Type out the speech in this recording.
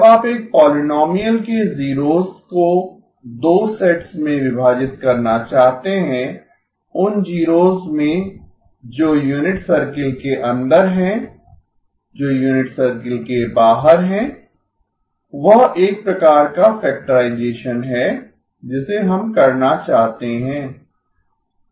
जब आप एक पोलिनोमियल के जीरोस को दो सेट्स में विभाजित करना चाहते हैं उन जीरोस में जो यूनिट सर्किल के अंदर हैं जो यूनिट सर्किल के बाहर हैं वह एक प्रकार का फैक्टराइजेसन है जिसे हम करना चाहते हैं